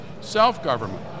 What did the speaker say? self-government